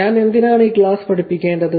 ഞാൻ എന്തിനാണ് ഈ ക്ലാസ് പഠിപ്പിക്കേണ്ടത്